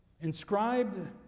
inscribed